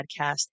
podcast